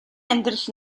амьдрал